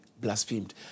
blasphemed